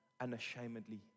unashamedly